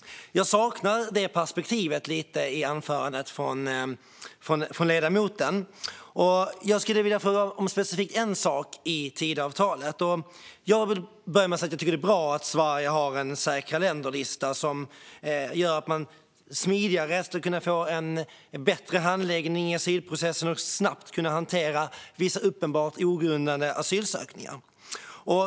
Jag saknar det perspektivet lite i ledamotens anförande, och skulle vilja fråga om en specifik sak i Tidöavtalet. Jag vill börja med att säga att jag tycker att det är bra att Sverige har en säkra länder-lista som gör att man kan få en smidigare och bättre handläggning i asylprocessen och snabbt hantera vissa uppenbart ogrundade asylansökningar.